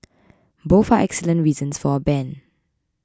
both are excellent reasons for a ban